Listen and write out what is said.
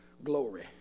glory